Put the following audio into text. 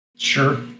Sure